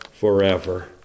forever